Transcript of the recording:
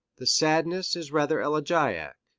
the sadness is rather elegiac,